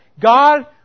God